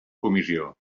comissió